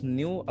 new